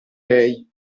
lei